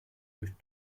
durch